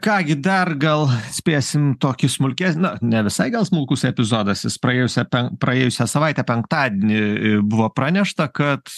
ką gi dar gal spėsim tokį smulkes na ne visai gal smulkus epizodas jis praėjusią praėjusią savaitę penktadnį buvo pranešta kad